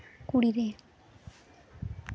ᱠᱩᱲᱤ ᱨᱮ